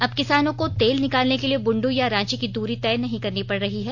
अब किसानों को तेल निकालने के लिए बुंडू या रांची की दूरी तय नहीं करनी पड़ रही है